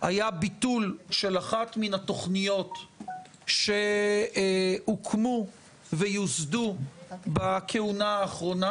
היה ביטול של אחת מהתוכניות שהוקמו ויוסדו בכהונה האחרונה